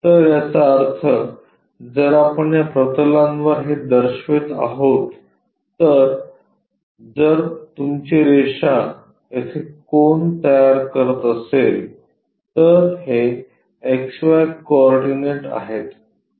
तर याचा अर्थ जर आपण या प्रतलांवर हे दर्शवित आहोत तर जर तुमची रेषा येथे कोन तयार करत असेल तर हे एक्स वाय कोऑर्डिनेट आहे